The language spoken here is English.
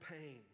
pain